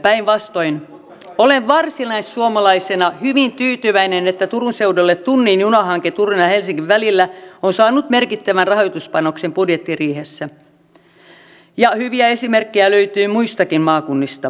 päinvastoin olen varsinaissuomalaisena hyvin tyytyväinen että turun seudulle tunnin junahanke turun ja helsingin välillä on saanut merkittävän rahoituspanoksen budjettiriihessä ja hyviä esimerkkejä löytyy muistakin maakunnista